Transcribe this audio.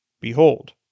behold